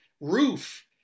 roof